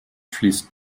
fließt